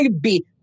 beat